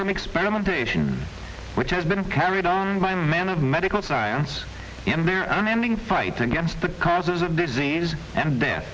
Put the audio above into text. from experimentation which has been carried on by men of medical science in their own ending fight against the causes of disease and death